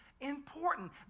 important